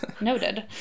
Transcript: noted